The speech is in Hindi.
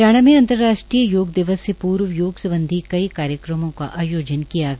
हरियाणा में अंतर्राष्ट्रीय योग दिवस से पूर्व सम्बधी कई कार्यक्रमों का आयोजन किय गया